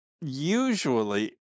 usually